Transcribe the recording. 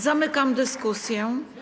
Zamykam dyskusję.